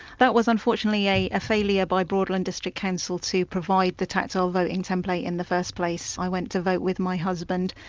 was unfortunately a failure by broadland district council to provide the tactile voting template in the first place. i went to vote with my husband,